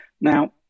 Now